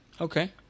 Okay